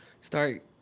start